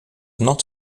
not